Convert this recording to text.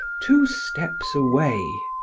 two steps away.